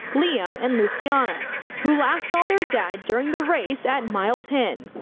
liam and luciana who last saw their dad during the race at mile ten.